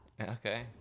Okay